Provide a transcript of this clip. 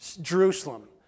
Jerusalem